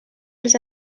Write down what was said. els